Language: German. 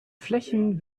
flächen